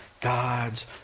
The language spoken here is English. God's